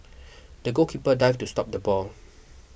the goalkeeper dived to stop the ball